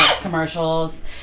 commercials